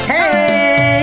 Hey